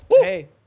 Hey